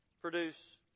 produce